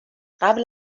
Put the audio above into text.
قبل